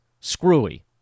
screwy